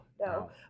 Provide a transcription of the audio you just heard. No